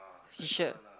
a shirt